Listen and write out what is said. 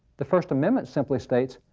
the first amendment simply states,